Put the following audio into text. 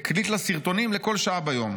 הקליט לה סרטונים לכל שעה ביום.